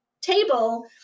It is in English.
table